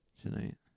tonight